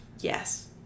yes